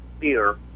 fear